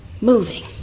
moving